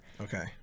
okay